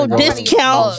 discount